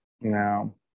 No